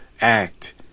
act